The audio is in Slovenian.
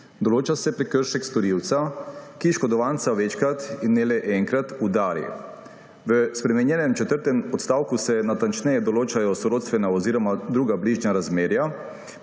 Določa se prekršek storilca, ki oškodovanca večkrat, in ne le enkrat, udari. V spremenjenem četrtem odstavku se natančneje določajo sorodstvena oziroma druga bližnja razmerja